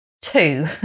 Two